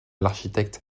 l’architecte